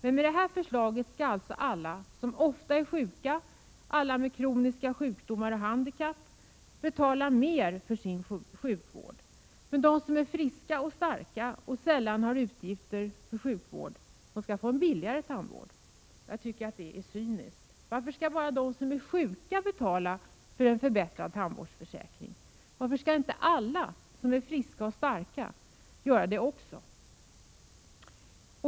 Enligt det här förslaget skall alltså alla som ofta är sjuka, alla med kroniska sjukdomar och handikapp betala mer för sin sjukvård. Men de som är friska och starka och sällan har utgifter för sjukvård skall få en billigare tandvård. Jag tycker att det är cyniskt. Varför skall bara de som är sjuka betala för en förbättrad tandvårdsförsäkring? Varför skall inte alla som är friska och starka göra det också?